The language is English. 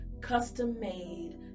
custom-made